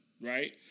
Right